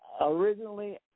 Originally